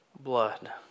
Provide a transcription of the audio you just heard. blood